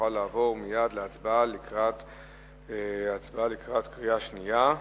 נוכל לעבור מייד להצבעה בקריאה שנייה.